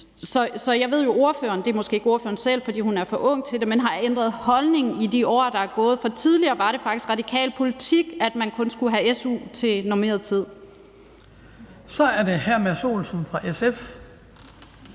jo, at man som ordfører – og det er måske ikke ordføreren selv, fordi hun er for ung til det – har ændret holdning i de år, der er gået. For tidligere var det faktisk radikal politik, at man kun skulle have su til normeret tid. Kl. 17:06 Den fg.